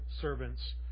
servants